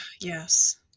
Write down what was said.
Yes